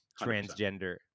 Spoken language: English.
transgender